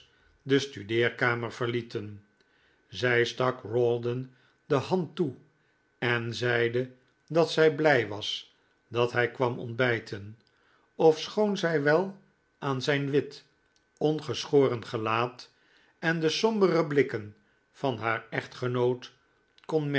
de studeerkamer verlieten zij stak rawdon de hand toe en zeide dat zij blij was dat hij kwam ontbijten ofschoon zij wel aan zijn wit ongeschoren gelaat en de sombere blikken van haar echtgenoot